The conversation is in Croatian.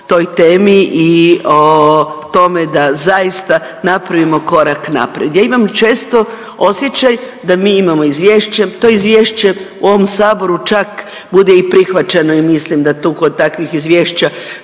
i o tome da zaista napravimo korak naprijed. Ja imam često osjećaj da mi imamo izvješće, to izvješće u ovom Saboru čak bude i prihvaćeno i mislim da tu kod takvih izvješća